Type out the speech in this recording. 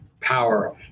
Power